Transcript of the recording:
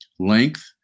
length